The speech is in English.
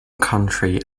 country